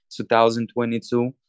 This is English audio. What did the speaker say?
2022